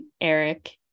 Eric